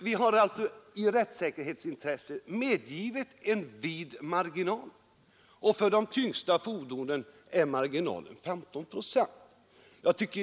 Vi har i rättssäkerhetens intresse medgivit en vid marginal, och för de tyngsta fordonen är marginalen 15 procent.